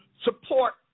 support